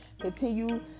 Continue